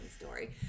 story